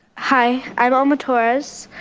hi, i'm alma torres,